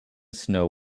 snow